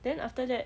then after that